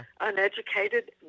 uneducated